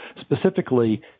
specifically